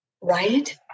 Right